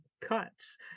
cuts